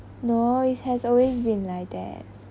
no it has always been like that